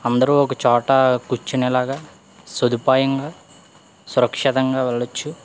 అందరు ఒకచోట కూర్చునేలాగా సదుపాయంగా సురక్షితంగా వెళ్ళచ్చు